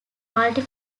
multi